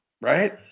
right